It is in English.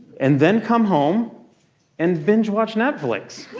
and then come home and binge watch netflix.